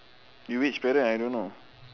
you which parent I don't know